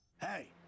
Hey